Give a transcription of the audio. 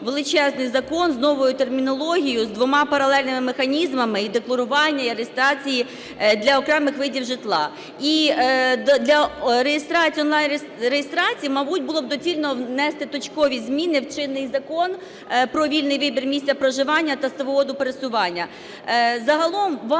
величезний закон з новою термінологією, з двома паралельними механізмами і декларування і реєстрації для окремих видів житла. І для реєстрації, онлайн-реєстрації, мабуть було б доцільно внести точкові зміни в чинний Закон про вільний вибір місця проживання та свободу пересування. Загалом важко